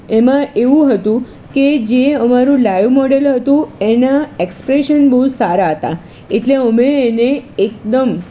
એમાં એવું હતું કે જે અમારું લાઈવ મોડલ હતું એના એક્સ્પ્રેશન બહુ સારા હતા એટલે અમે એને એકદમ